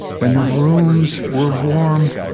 when the rooms were warm,